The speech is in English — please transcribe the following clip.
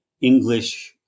English